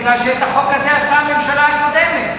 מפני שאת החוק הזה עשתה הממשלה הקודמת.